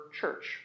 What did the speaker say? church